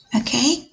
Okay